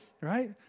right